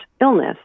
illness